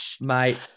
Mate